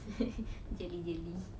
jelly jelly